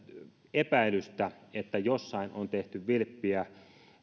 epäilystä että jossain on tehty vilppiä